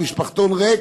המשפחתון נשאר ריק